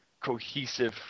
cohesive